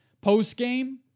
post-game